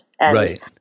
Right